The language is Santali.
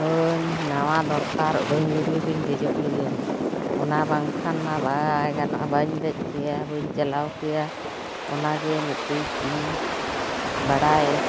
ᱣᱟᱹᱧ ᱱᱟᱣᱟ ᱫᱚᱨᱠᱟᱨ ᱩᱰᱟᱹᱜ ᱜᱟᱹᱰᱤᱨᱤᱧ ᱫᱮᱡᱚᱜ ᱞᱟᱹᱜᱤᱫ ᱚᱱᱟ ᱵᱟᱝᱠᱷᱟᱱ ᱢᱟ ᱵᱟᱭ ᱜᱟᱱᱚᱜᱼᱟ ᱵᱟᱹᱧ ᱫᱮᱡ ᱠᱮᱭᱟ ᱵᱟᱹᱧ ᱪᱟᱞᱟᱣ ᱠᱮᱭᱟ ᱚᱱᱟ ᱜᱮ ᱢᱤᱫᱴᱮᱱ ᱤᱧ ᱵᱟᱰᱟᱭ